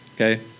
Okay